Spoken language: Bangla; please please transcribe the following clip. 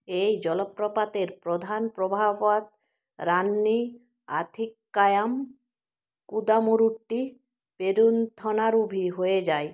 এই জলপ্রপাতের প্রধান প্রবাহপথ রান্নি আথিক্কায়াম কুদামুরুটি পেরুন্থনারুভি হয়ে যায়